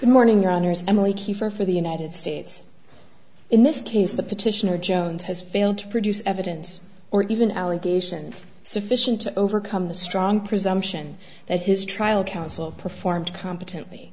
good morning honors emily kiefer for the united states in this case the petitioner jones has failed to produce evidence or even allegations sufficient to overcome the strong presumption that his trial counsel performed competently